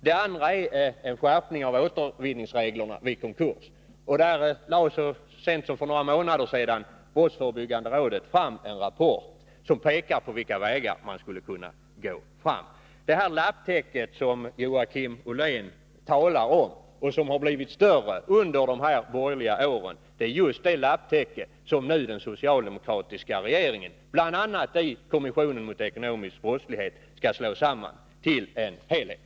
Den andra gäller en skärpning av återvinningsreglerna vid konkurs, och i det fallet har brottsförebyggande rådet så sent som för några månader sedan lagt fram en rapport där man anger vilka vägar som är möjliga. Bitarna i det lapptäcke som Joakim Ollén talar om och som har blivit större under de borgerliga regeringsåren skall den socialdemokratiska regeringen, bl.a. i kommissionen mot ekonomisk brottslighet, lägga samman till en helhet.